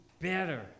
better